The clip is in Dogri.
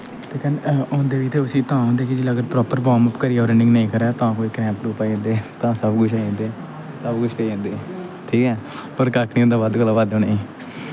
होंदे बी ते उसी तां होंदे तां कि जेल्लै अगर प्रापर वार्मअप करियै रनिंग नेईं करै तां कोई क्रैंप क्रूंप आई जंदे तां सब कुछ आई जंदे सब कुछ पेई जंदे ठीक ऐ पर कक्ख निं होंदा बद्ध कोला बद्ध उ'नेंगी